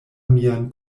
mian